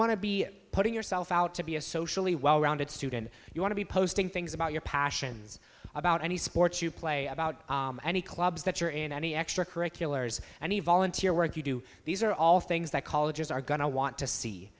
want to be putting yourself out to be a socially well rounded student you want to be posting things about your passions about any sports you play about any clubs that you're in any extracurriculars and a volunteer work you do these are all things that colleges are going to want